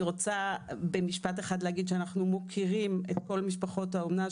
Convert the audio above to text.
אני רוצה במשפט אחד להגיד שאנחנו מוקירים את כל משפחות האומנה,